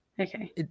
Okay